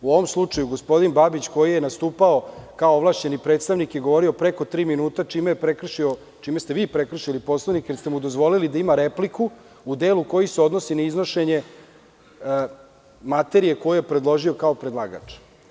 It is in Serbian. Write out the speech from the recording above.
U ovom slučaju gospodin Babić, koji je nastupao kao ovlašćeni predstavnik, je govorio preko tri minuta čime ste vi prekršili Poslovnik, jer ste mu dozvolili da ima repliku u delu koji se odnosi na iznošenje materije koju je predložio kao predlagač.